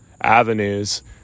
avenues